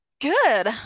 Good